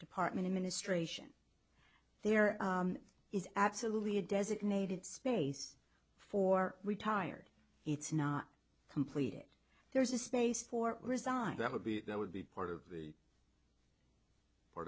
department administration there is absolutely a designated space for retired it's not completed there's a space for resign that would be that would be part of the part